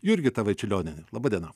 jurgita vaičiulionienė laba diena